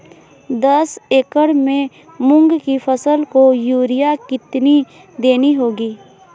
दस एकड़ में मूंग की फसल को यूरिया कितनी देनी होगी?